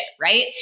Right